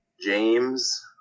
James